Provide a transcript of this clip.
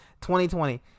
2020